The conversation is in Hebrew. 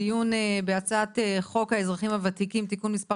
הדיון בהצעת חוק האזרחים הוותיקים (תיקון מס'